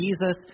Jesus